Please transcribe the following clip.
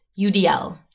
UDL